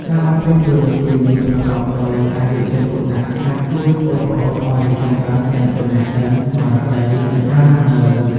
ការបំពេញតួនាទីនេះប្រកបដោយការយកចិត្តទុកដាក់ អាចជួយប្អូនៗឲ្យរីកចម្រើនទាំងចំណេះដឹង ស្មារតី និងការរស់នៅ។